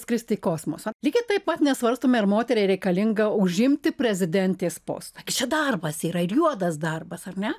skristi į kosmosą lygiai taip pat nesvarstome ar moteriai reikalinga užimti prezidentės postą gi čia darbas yra ir juodas darbas ar ne